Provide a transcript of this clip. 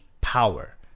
power